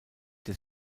des